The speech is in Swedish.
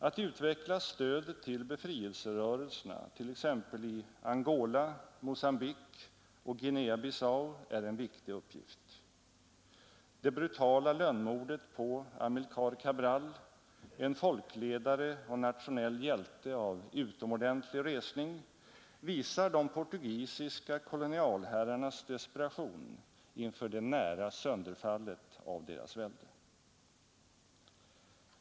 Att utveckla stödet till befrielserörelserna t.ex. i Angola, Mogambique och Guinea-Bissau är en viktig uppgift. Det brutala lönnmordet på Amilcar Cabral, en folkledare och nationell hjälte av utomordentlig resning, visar de portugisiska kolonialherrarnas desperation inför det nära sönderfallet av deras välde.